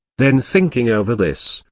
then thinking over this,